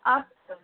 आप क